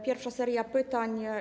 Pierwsza seria pytań.